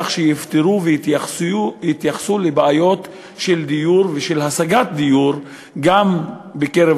כך שיפתרו ויתייחסו לבעיות של דיור ושל השגת דיור גם בקרב